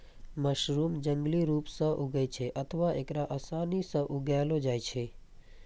mushroom जंगली रूप सं उगै छै अथवा एकरा आसानी सं उगाएलो जाइ छै